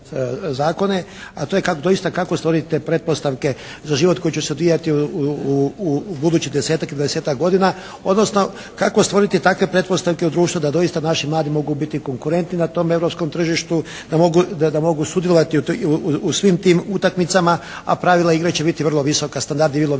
a to je doista kako stvoriti te pretpostavke za život koji će se odvijati u budućih desetak ili dvadesetak godina odnosno kako stvoriti takve pretpostavke u društvu da doista naši mladi mogu biti konkurentni na tom europskom tržištu, da mogu sudjelovati u svim tim utakmicama a pravila igre će biti vrlo visoka, standardi vrlo visoki.